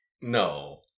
No